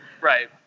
Right